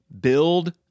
build